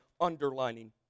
underlining